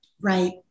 right